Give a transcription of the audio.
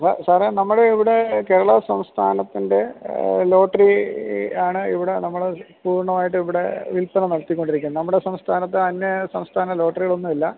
സാറെ നമ്മുടെ ഇവിടേ കേരളാ സംസ്ഥാനത്തിൻ്റെ ലോട്ടറി ആണ് ഇവിടെ നമ്മൾ പൂർണമായിട്ടും ഇവിടെ വില്പന നടത്തിക്കൊണ്ടിരിക്കുന്നത് നമ്മുടെ സംസ്ഥാനത്ത് അന്യ സംസ്ഥാന ലോട്ടറികളൊന്നുമില്ല